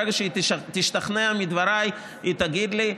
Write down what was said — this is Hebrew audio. ברגע שהיא תשתכנע מדבריי היא תגיד לי,